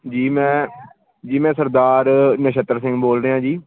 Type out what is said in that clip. ਜੀ ਮੈਂ ਜੀ ਮੈਂ ਸਰਦਾਰ ਨਛੱਤਰ ਸਿੰਘ ਬੋਲ ਰਿਹਾਂ ਜੀ